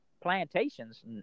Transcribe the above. plantations